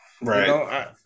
Right